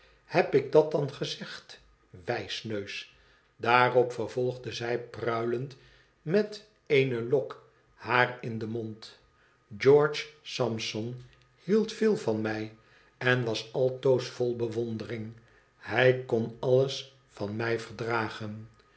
heb ik dat dan gezegd wijsneus daarop vervolgde zij pruilend met eene lok haar in den mond george sampson hield veel van mij en was altoos vol bewondering hij kon alles van mij verdragen